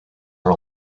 are